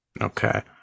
Okay